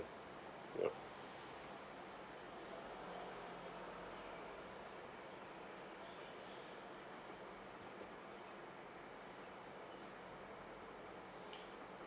yup